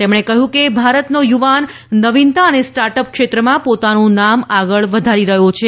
તેમણે કહ્યું કે ભારતનો યુવાન નવીનતા અને સ્ટાર્ટઅપ ક્ષેત્રમાં પોતાનું નામ આગળ વધારી રહ્યો છે